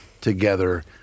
together